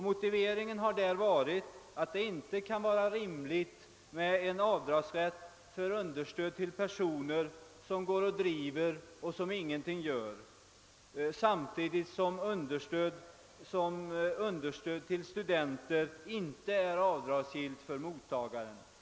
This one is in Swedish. Motiveringen härför har varit att det inte kan vara rimligt med rätt till avdrag för understöd till personer som går och driver och ingenting gör, samtidigt som understöd till studenter inte är avdragsgillt för givaren.